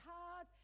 hard